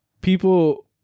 people